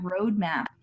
roadmap